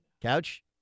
Couch